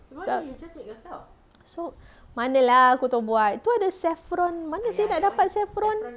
pasal so mana lah aku tahu buat tu ada saffron mana seh nak dapat